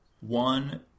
one